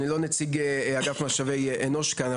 אני לא נציג אגף משאבי אנוש כאן,